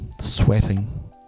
sweating